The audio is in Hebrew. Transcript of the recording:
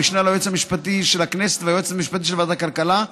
המשנה ליועץ המשפטי של הכנסת והיועצת המשפטית של ועדת הכלכלה,